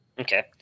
Okay